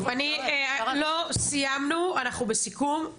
סיימנו אנחנו בסיכום,